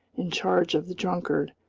in charge of the drunkard,